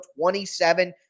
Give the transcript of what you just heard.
27